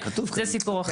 זה סיפור אחר,